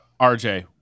rj